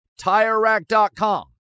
TireRack.com